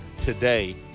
today